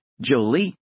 Jolie